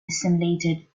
assimilated